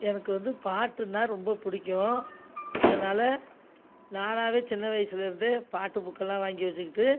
எனக்கு வந்து பாட்டுனா ரொம்ப பிடிக்கும் அதனால் நானாகவே சின்ன வயசுலேருந்து பாட்டு புக்கலாம் வாங்கி வெச்சுக்கிட்டு